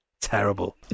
Terrible